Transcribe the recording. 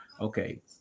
okay